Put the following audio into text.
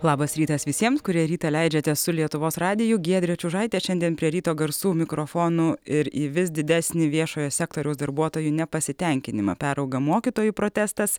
labas rytas visiems kurie rytą leidžiate su lietuvos radiju giedrė čiužaitė šiandien prie ryto garsų mikrofono ir į vis didesnį viešojo sektoriaus darbuotojų nepasitenkinimą perauga mokytojų protestas